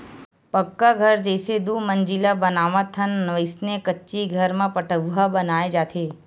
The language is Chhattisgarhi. पक्का घर जइसे दू मजिला बनाथन वइसने कच्ची घर म पठउहाँ बनाय जाथे